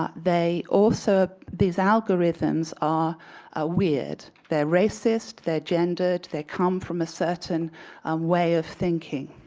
ah they also these algorithms are ah weird. they're racist. they're gendered. they come from a certain way of thinking.